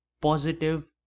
positive